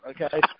okay